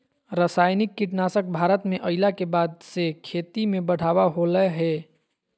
रासायनिक कीटनासक भारत में अइला के बाद से खेती में बढ़ावा होलय हें